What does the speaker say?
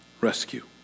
rescue